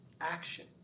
action